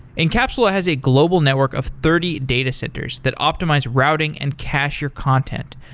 incapsula has a global network of thirty data centers that optimize routing and cacher content.